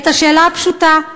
את השאלה הפשוטה: